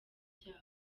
byabo